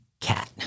cat